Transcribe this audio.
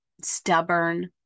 stubborn